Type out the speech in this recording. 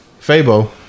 Fabo